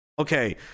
okay